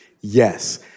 Yes